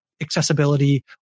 accessibility